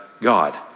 God